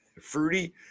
Fruity